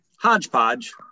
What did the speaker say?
hodgepodge